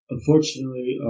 Unfortunately